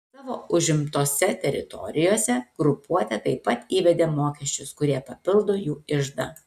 savo užimtose teritorijose grupuotė taip pat įvedė mokesčius kurie papildo jų iždą